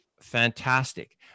fantastic